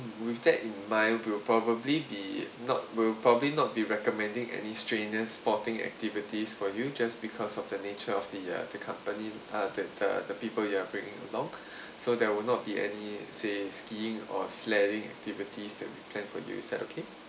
with that in mind we'll probably be not we'll probably not be recommending any strenuous sporting activities for you just because of the nature of the uh the company uh the the people you are bringing along so there will not be any say skiing or sledding activities that we plan for you is that okay